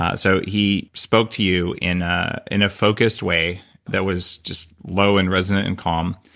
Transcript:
um so he spoke to you in ah in a focused way that was just low and resonate and calm,